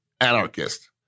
anarchist